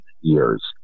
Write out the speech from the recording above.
years